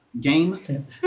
game